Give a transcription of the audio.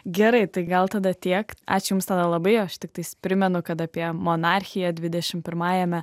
gerai tai gal tada tiek ačiū jums tada labai aš tiktais primenu kad apie monarchiją dvidešimt pirmajame